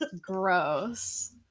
gross